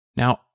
Now